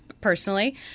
personally